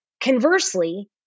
Conversely